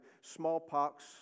smallpox